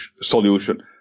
solution